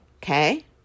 Okay